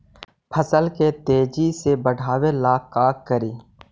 फसल के तेजी से बढ़ाबे ला का करि?